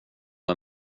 och